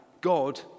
God